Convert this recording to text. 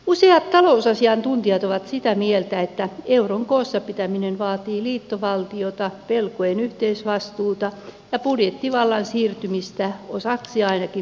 useat talousasiantuntijat ovat sitä mieltä että euron koossa pitäminen vaatii liittovaltiota velkojen yhteisvastuuta ja budjettivallan siirtymistä osaksi ainakin brysseliin